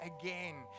again